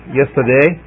yesterday